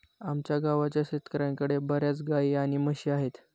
आमच्या गावाच्या शेतकऱ्यांकडे बर्याच गाई आणि म्हशी आहेत